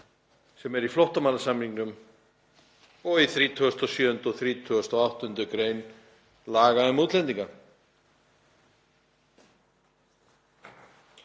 sem eru í flóttamannasamningnum og í 37. og 38. gr. laga um útlendinga?